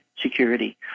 security